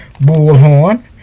Bullhorn